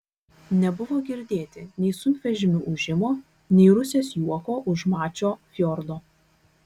nebuvo girdėti nei sunkvežimių ūžimo nei rusės juoko už mačio fjordo